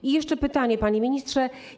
I jeszcze pytanie, panie ministrze.